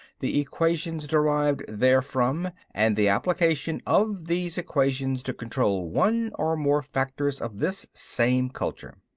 the equations derived therefrom, and the application of these equations to control one or more factors of this same culture.